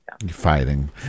Fighting